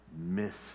miss